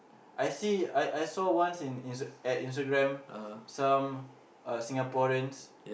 I see I saw once in at Instagram some Singaporeans